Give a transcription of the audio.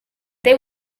they